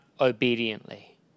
obediently